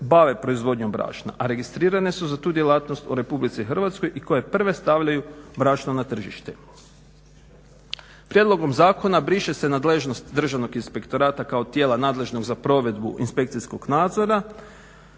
bave proizvodnjom brašna, a registrirane su za tu djelatnost u RH i koje prve stavljaju brašno na tržište. Prijedlogom zakona briše se nadležnost Državnog inspektorata kao tijela nadležnog za provedbu inspekcijskog nadzora,